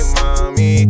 mommy